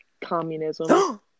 communism